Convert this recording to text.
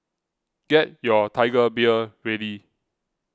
get your Tiger Beer ready